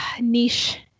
niche